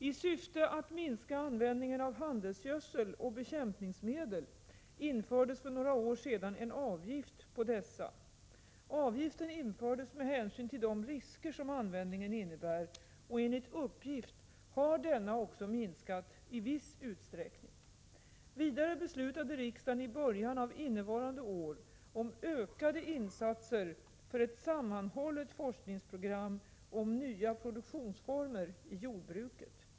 I syfte att minska användningen av handelsgödsel och bekämpningsmedel infördes för några år sedan en avgift på dessa. Avgiften infördes med hänsyn till de risker som användningen innebär, och enligt uppgift har denna också minskat i viss utsträckning. Vidare beslutade riksdagen i början av innevarande år om ökade insatser för ett sammanhållet forskningsprogram om nya produktionsformer i jordbruket.